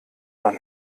man